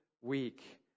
week